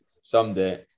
someday